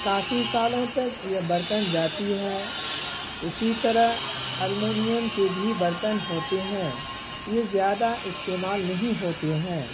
کافی سالوں تک یہ برتن جاتی ہے اسی طرح المونیم کے بھی برتن ہوتے ہیں یہ زیادہ استعمال نہیں ہوتے ہیں